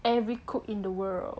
every cook in the world